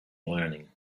learning